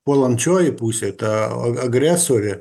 puolančioji pusė ta agresorė